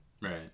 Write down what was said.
right